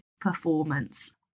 performance